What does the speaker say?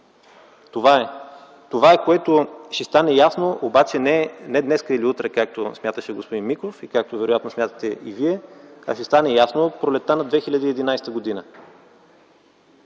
Това е, което ще стане ясно, но не днес или утре, както смяташе господин Миков и вероятно както смятате Вие, а ще стане ясно през пролетта на 2011 г.